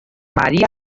maría